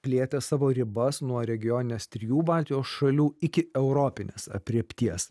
plėtė savo ribas nuo regioninės trijų baltijos šalių iki europinės aprėpties